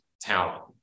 talent